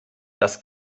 das